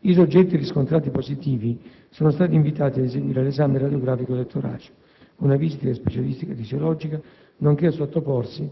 I soggetti riscontrati positivi sono stati invitati ad eseguire l'esame radiografico del torace, una visita specialistica tisiologica, nonché a sottoporsi